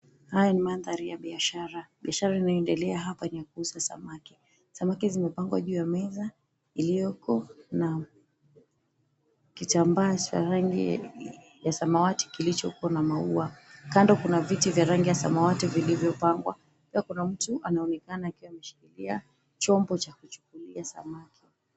Haya ni mandhari ya biashara. Biashara inaendelea hapa ya kuuza samaki. Samaki zimepangwa juu ya meza iliyoko na kitambaa cha rangi ya samawati kilichokuwa na maua. Kando kuna viti vya rangi ya samawati vilivyopangwa. Pia kuna mtu anaonekana akiwa ameshikilia chombo cha kuchukulia samaki.